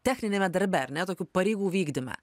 techniniame darbe ar ne tokių pareigų vykdyme